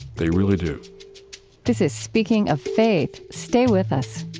they really do this is speaking of faith. stay with us